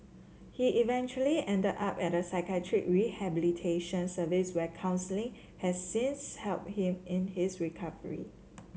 he eventually ended up at a psychiatric rehabilitation service where counselling has since help him in his recovery